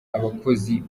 abakozi